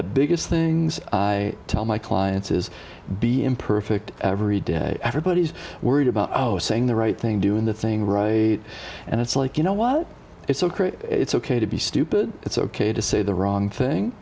the biggest things i tell my clients is be imperfect every day everybody's worried about saying the right thing doing the thing right and it's like you know while it's ok it's ok to be stupid it's ok to say the wrong thing